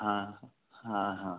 हाँ हाँ हाँ